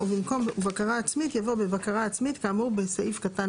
ובמקום "ובקרה עצמית" יבוא "בבקרה עצמית כאמור בסעיף קטן